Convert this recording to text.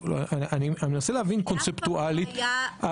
אני מנסה להבין קונספטואלית.